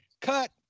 cut